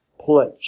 place